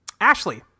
Ashley